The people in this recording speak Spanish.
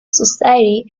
society